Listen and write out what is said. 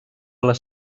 les